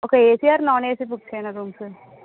okay AC or non AC book చెయ్యనా rooms